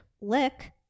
Lick